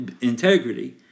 integrity